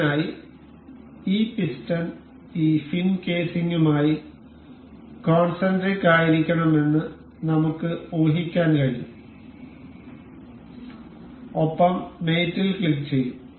ഇതിനായി ഈ പിസ്റ്റൺ ഈ ഫിൻകേസിങ്ങുമായി കോൺസെൻട്രിക് ആയിരിക്കണമെന്ന് നമുക്ക് ഊഹിക്കാൻ കഴിയും ഒപ്പം മേറ്റ് ൽ ക്ലിക്കുചെയ്യും